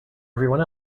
everyone